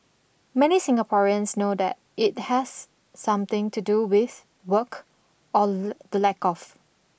many Singaporeans know that it has something to do with work or the lack of